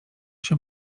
się